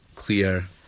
clear